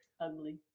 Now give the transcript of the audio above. Ugly